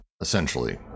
essentially